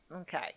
okay